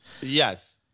Yes